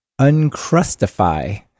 Uncrustify